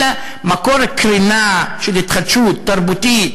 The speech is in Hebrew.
אלא מקור קרינה של התחדשות תרבותית